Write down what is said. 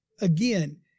Again